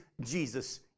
Jesus